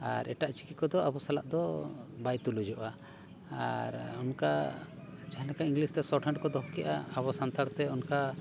ᱟᱨ ᱮᱴᱟᱜ ᱪᱤᱠᱤ ᱠᱚᱫᱚ ᱟᱵᱚ ᱥᱟᱞᱟᱜ ᱫᱚ ᱵᱟᱭ ᱛᱩᱞᱩᱡᱚᱜᱼᱟ ᱟᱨ ᱚᱱᱠᱟ ᱡᱟᱦᱟᱸ ᱞᱮᱠᱟ ᱤᱝᱞᱤᱥ ᱛᱮ ᱥᱚᱨᱴ ᱦᱮᱱᱰ ᱠᱚ ᱫᱚᱦᱚ ᱠᱮᱜᱼᱟ ᱟᱵᱚ ᱥᱟᱱᱛᱟᱲᱛᱮ ᱚᱱᱠᱟ